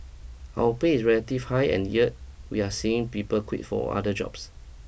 our pay is relative high and yet we're seeing people quit for other jobs